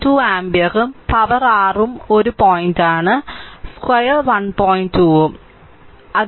2 ആമ്പിയറും power r ഉം ഒരു പോയിന്റാണ് ചതുരശ്ര 1